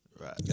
Right